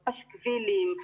פשקווילים,